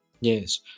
Yes